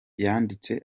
yanditse